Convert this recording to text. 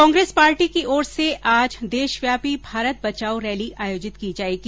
Congress party की ओर से आज देशव्यापी भारत बचाओ रैली आयोजित की जायेगी